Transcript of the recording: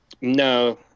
No